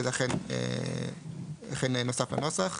ולכן זה נוסף לנוסח.